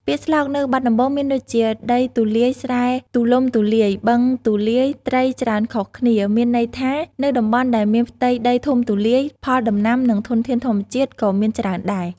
ពាក្យស្លោកនៅបាត់ដំបងមានដូចជា "ដីទូលាយស្រែទូលំទូលាយ បឹងទូលាយត្រីច្រើនខុសគ្នា" ដែលមានន័យថា នៅតំបន់ដែលមានផ្ទៃដីធំទូលាយ ផលដំណាំ និងធនធានធម្មជាតិក៏មានច្រើនដែរ។